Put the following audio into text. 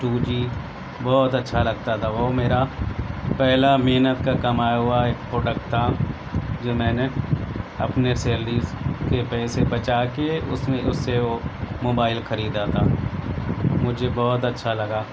to جی بہت اچھا لگتا تھا وہ میرا پہلا محنت کا کمایا ہوا ایک پروڈکٹ تھا جو میں نے اپنے سیلری کے پیسے بچا کے اس میں اس سے وہ موبائل خریدا تھا مجھے بہت اچھا لگا